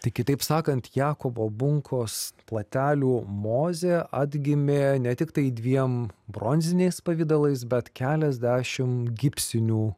tai kitaip sakant jakovo bunkos platelių mozė atgimė ne tiktai dviem bronziniais pavidalais bet keliasdešim gipsinių